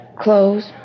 Clothes